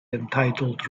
entitled